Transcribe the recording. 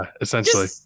essentially